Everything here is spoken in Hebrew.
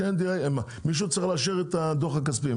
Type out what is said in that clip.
מישהו צריך לאשר את הדוח הכספי.